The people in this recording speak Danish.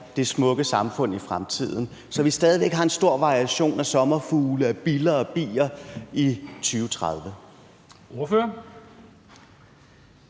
det smukke samfund i fremtiden, så vi stadig væk har en stor variation af sommerfugle og biller og bier i 2030?